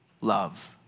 love